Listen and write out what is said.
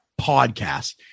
podcast